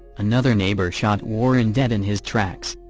another neighbor shot warren dead in his tracks.